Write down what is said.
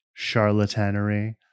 charlatanery